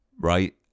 Right